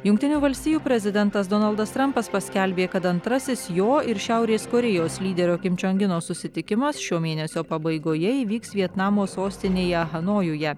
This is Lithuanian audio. jungtinių valstijų prezidentas donaldas trampas paskelbė kad antrasis jo ir šiaurės korėjos lyderio kim čiong ino susitikimas šio mėnesio pabaigoje įvyks vietnamo sostinėje hanojuje